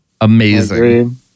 amazing